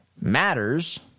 matters—